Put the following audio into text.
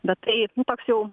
bet tai toks jau